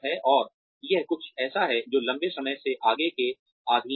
और यह कुछ ऐसा है जो लंबे समय से आग के अधीन है